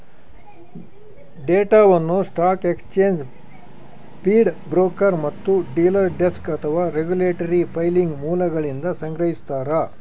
ಡೇಟಾವನ್ನು stock exchange feed broker ಮತ್ತು dealer desk ಅಥವಾ ರೆಗ್ಯುಲೇಟರಿ ಫೈಲಿಂಗ್ ಮೂಲಗಳಿಂದ ಸಂಗ್ರಹಿಸ್ತಾರ